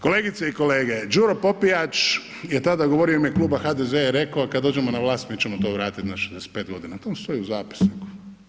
Kolegice i kolege, Đuro Popijač je tada govorio u ime kluba HDZ-a je rekao kada dođemo na vlast mi ćemo to vratiti na 65 godina, to vam stoji u zapisniku.